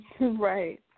right